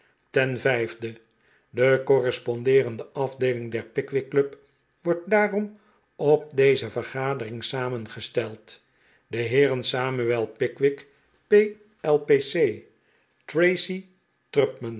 vijf de correspondeerende afdeeling der pickwick club wordt daarom op deze vergadering samengesteld de heeren samuel pickwick p l p c tracy